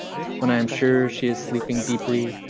when i'm sure she is sleeping deeply,